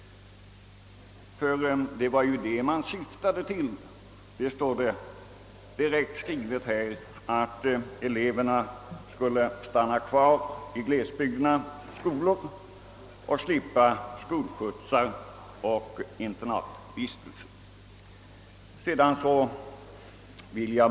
Det står direkt skrivet här, att eleverna skulle stanna kvar i glesbygdernas skolor och slippa skolskjutsar och internatvistelse.